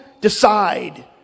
decide